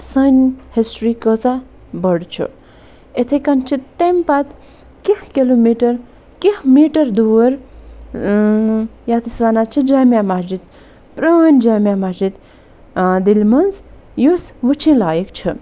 سانہِ ہِسٹری کۭژاہ بٔڈ چھِ یِتھٕے کٔنۍ چھِ تَمہِ پَتہٕ کیٚنٛہہ کلو میٖٹر کیٚنٛہہ میٖٹر دوٗر یتھ أسۍ ونان چھِ جامعہ مسجد پرٛٲنۍ جامعہ مسجد دِلہٕ مَنٛز یُس وُچھِن لایق چھےٚ